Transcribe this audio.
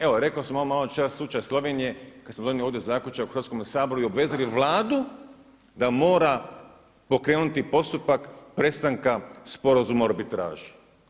Evo rekao sam maločas slučaj Slovenije kada smo donijeli ovdje zaključak u Hrvatskome saboru i obvezali Vladu da mora pokrenuti postupak prestanka sporazuma o arbitraži.